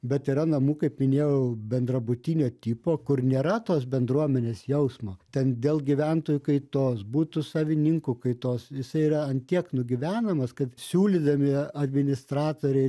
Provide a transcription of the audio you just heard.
bet yra namų kaip minėjau bendrabutinio tipo kur nėra tos bendruomenės jausmo ten dėl gyventojų kaitos butų savininkų kaitos jisai yra an tiek nugyvenamas kad siūlydami administratoriai